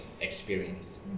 experience